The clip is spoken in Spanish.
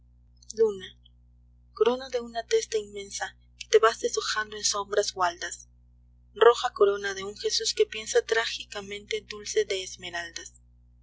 luna corona de una testa inmensa que te vas deshojando en sombras gualdas roja corona de un jesús que piensa trágicamente dulce de esmeraldas